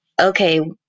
okay